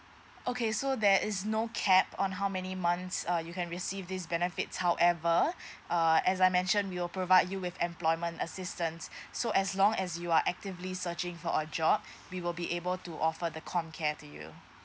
okay so there is no cap on how many months uh you can receive this benefits however err as I mentioned we will provide you with employment assistance so as long as you are actively searching for a job we will be able to offer the comcare to you